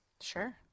Sure